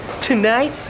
Tonight